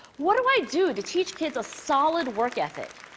what do i do to teach kids a solid work ethic?